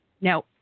Now